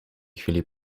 chwili